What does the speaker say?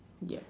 yeah